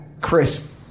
Chris